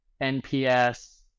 NPS